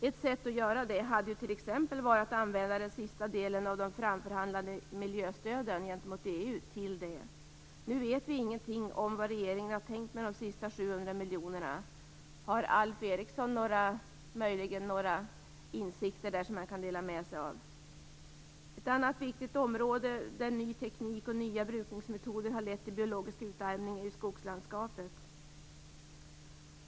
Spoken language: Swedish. Ett sätt att göra det hade t.ex. kunnat vara att använda den sista delen av de framförhandlade miljöstöden i EU. Har Alf Eriksson möjligen några insikter här att dela med sig av? Ett annat viktigt område, där ny teknik och nya brukningsmetoder har lett till biologisk utarmning, är skogslandskapet.